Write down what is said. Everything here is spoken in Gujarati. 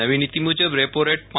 નવી નીતિ મુજબ રેપોરેટ પ